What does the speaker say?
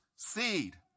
seed